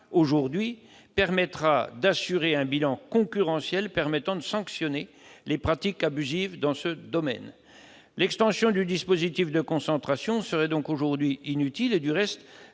10 A, permettra d'assurer un bilan concurrentiel permettant de sanctionner les pratiques abusives dans ce domaine. L'extension du dispositif de contrôle des concentrations serait donc aujourd'hui inutile. Du reste,